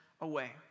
away